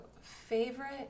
favorite